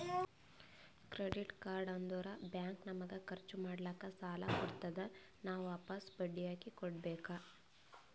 credit card ಅಂದುರ್ bank ನಮಗ ಖರ್ಚ್ ಮಾಡ್ಲಾಕ್ ಸಾಲ ಕೊಡ್ತಾದ್, ನಾವ್ ವಾಪಸ್ ಬಡ್ಡಿ ಹಾಕಿ ಕೊಡ್ಬೇಕ